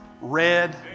red